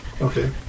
Okay